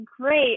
great